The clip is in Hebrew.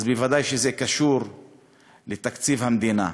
אז ודאי שזה קשור לתקציב המדינה.